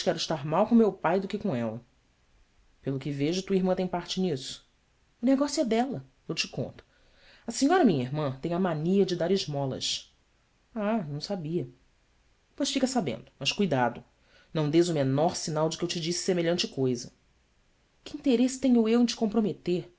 estar mal com meu pai do que com ella pelo que vejo tua irmã tem parte nisto negócio é dela eu te conto a senhora minha irmã tem a mania de dar esmolas h não sabia ois fica sabendo mas cuidado não dês o menor sinal de que eu te disse semelhante coisa ue interesse tenho eu em te comprometer